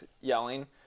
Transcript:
yelling